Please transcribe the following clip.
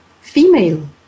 female